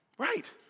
right